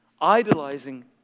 idolizing